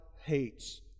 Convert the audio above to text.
hates